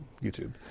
YouTube